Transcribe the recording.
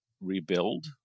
rebuild